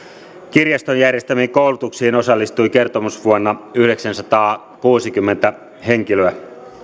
kirjaston järjestämiin koulutuksiin osallistui kertomusvuonna yhdeksänsataakuusikymmentä henkilöä